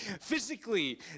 physically